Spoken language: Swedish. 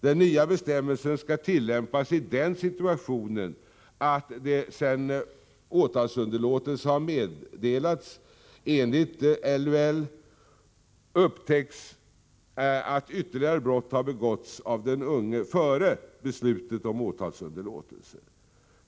Den nya bestämmelsen skall tillämpas i den situationen att det, sedan åtalsunderlåtelse har meddelats enligt LUL, upptäcks att ytterligare brott har begåtts av den unge före beslutet om åtalsunderlåtelse.